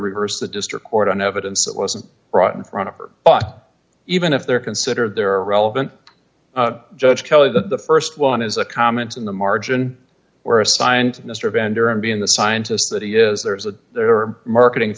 reverse the district court on evidence that wasn't brought in front of or even if they're considered there are relevant judge kelly the st one is a comment in the margin or assigned mr bender and b in the scientists that he is there is a there are marketing